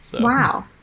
Wow